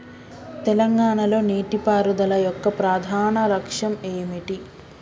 తెలంగాణ లో నీటిపారుదల యొక్క ప్రధాన లక్ష్యం ఏమిటి?